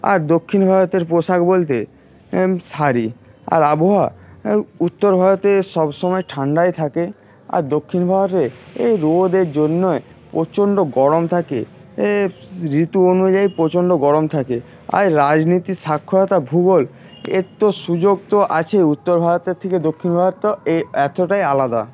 আর দক্ষিণ ভারতের পোশাক বলতে শাড়ি আর আবহাওয়া উত্তর ভারতে সবসময় ঠান্ডাই থাকে আর দক্ষিণ ভারতে এই রোদের জন্য প্রচন্ড গরম থাকে এ ঋতু অনুযায়ী প্রচন্ড গরম থাকে আর রাজনীতির সাক্ষরতায় ভূগোল এর তো সুযোগ তো আছেই উত্তর ভারতের থেকে দক্ষিণ ভারতও এ এতটাই আলাদা